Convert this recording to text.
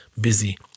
busy